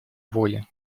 воли